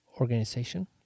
organization